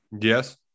Yes